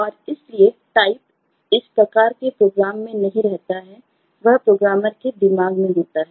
और इसलिए टाइप नहीं होता है